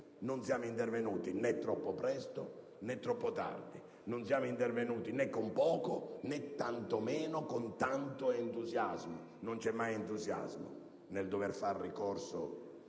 Non siamo intervenuti né troppo presto, né troppo tardi. Non siamo intervenuti né con poco, né tantomeno con tanto entusiasmo: non c'è mai entusiasmo nel dover fare ricorso